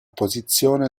posizione